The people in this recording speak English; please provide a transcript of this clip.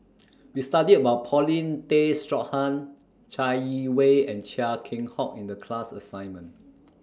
We studied about Paulin Tay Straughan Chai Yee Wei and Chia Keng Hock in The class assignment